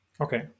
Okay